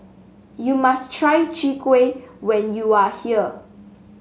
you must try Chwee Kueh when you are here